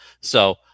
So-